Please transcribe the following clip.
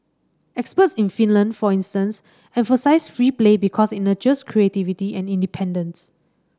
experts in Finland for instance emphasise free play because it nurtures creativity and independence